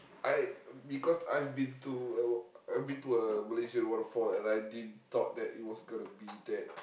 I because I've been to I've been to a Malaysia waterfall and I didn't thought that it was gonna be that